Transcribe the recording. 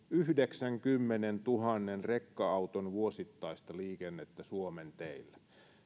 yhdeksänkymmenentuhannen rekka auton vuosittaista liikennettä suomen teillä